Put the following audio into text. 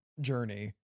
journey